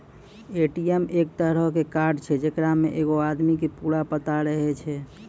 ATM एक तरहो के कार्ड छै जेकरा मे एगो आदमी के पूरा पता रहै छै